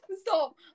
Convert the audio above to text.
Stop